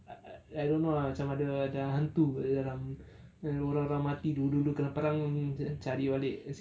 I I I don't know lah macam ada ada hantu dekat dalam orang-orang dah mati dulu-dulu punya perang cari balik